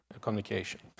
communication